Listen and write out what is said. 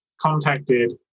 contacted